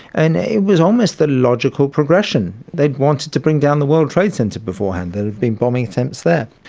and it it was almost a logical progression. they had wanted to bring down the world trade centre beforehand, there had been bombing attempts there.